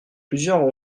plusieurs